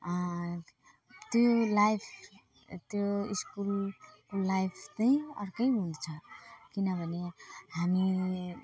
त्यो लाइफ त्यो school life चाहिँ अर्कै हुन्छ किनभने हामी